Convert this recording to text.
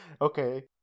Okay